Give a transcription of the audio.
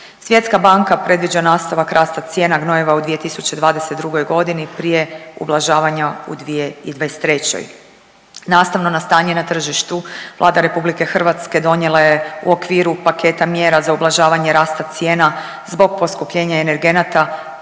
Svjetska banka predviđa nastavak rasta cijena gnojiva u 2022. g. prije ublažavanja u 2023. Nastavno na stanje na tržištu, Vlada RH donijela je u okviru paketa mjera za ublažavanje rasta cijena zbog poskupljenja energenata